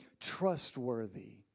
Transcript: trustworthy